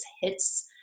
hits